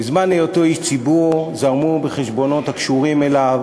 בזמן היותו איש ציבור זרמו בחשבונות הקשורים אליו